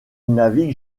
navigue